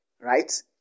right